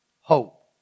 hope